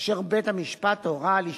אשר בית-המשפט הורה על אשפוזם,